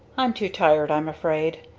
i'm too tired, i'm afraid.